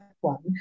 one